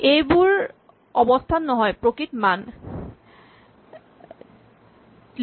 এইবোৰ অৱস্হান নহয় প্ৰকৃত মানবোৰ